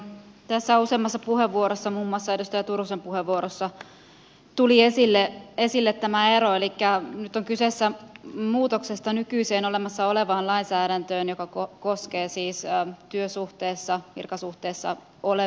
tässä on useammassa puheenvuorossa muun muassa edustaja turusen puheenvuorossa tullut esille tämä ero elikkä nyt on kyse muutoksesta nykyiseen olemassa olevaan lainsäädäntöön joka koskee siis työsuhteessa virkasuhteessa olevia